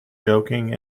joking